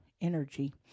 energy